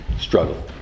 struggle